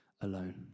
Alone